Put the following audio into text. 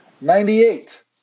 Ninety-eight